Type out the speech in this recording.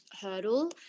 hurdle